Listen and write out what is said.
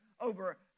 over